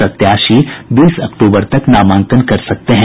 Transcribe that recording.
प्रत्याशी बीस अक्टूबर तक नामांकन कर सकते हैं